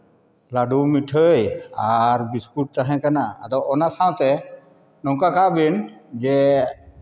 ᱞᱟᱹᱰᱩ ᱢᱤᱴᱷᱟᱹᱭ ᱟᱨ ᱵᱤᱥᱠᱩᱴ ᱛᱟᱦᱮᱸ ᱠᱟᱱᱟ ᱟᱫᱚ ᱚᱱᱟ ᱥᱟᱶᱛᱮ ᱱᱚᱝᱠᱟ ᱠᱟᱜ ᱵᱤᱱ ᱡᱮ